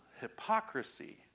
hypocrisy